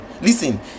Listen